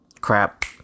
Crap